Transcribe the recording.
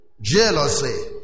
Jealousy